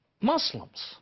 Muslims